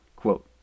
Quote